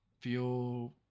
feel